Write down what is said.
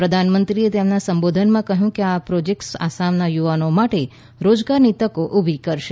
પ્રધાનમંત્રીએ તેમના સંબોધનમાં કહ્યું કે આ પ્રોજેક્ટ્સ આસામના યુવાનો માટે રોજગારની તકો ઉભી કરશે